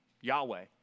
Yahweh